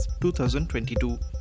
2022